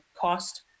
cost